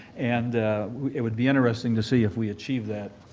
and it would be interesting to see if we achieve that,